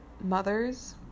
mothers